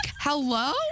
Hello